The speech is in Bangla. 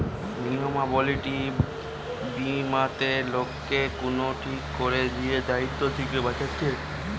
লিয়াবিলিটি বীমাতে লোককে কুনো ঠিক কোরে দিয়া দায়িত্ব থিকে বাঁচাচ্ছে